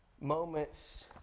moments